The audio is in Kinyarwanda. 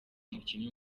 umukinnyi